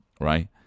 right